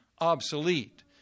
obsolete